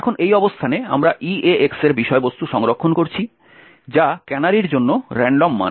এখন এই অবস্থানে আমরা EAX এর বিষয়বস্তু সংরক্ষণ করছি যা ক্যানারির জন্য রান্ডম মান